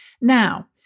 Now